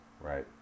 Right